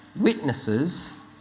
witnesses